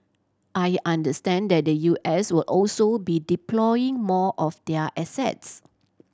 I understand that the U S will also be deploying more of their assets